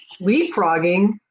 leapfrogging